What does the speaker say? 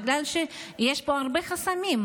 בגלל שיש פה הרבה חסמים.